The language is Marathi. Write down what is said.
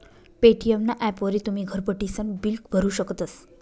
पे.टी.एम ना ॲपवरी तुमी घर बठीसन बिल भरू शकतस